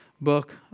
book